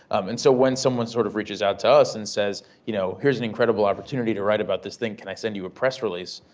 um and so when someone's sort of reaches out to us and says, you know here's an incredible opportunity to write about this thing, can i send you a press release.